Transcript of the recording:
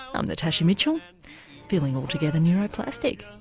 i'm natasha mitchell feeling altogether neuroplastic